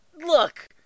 look